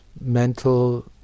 mental